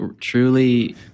truly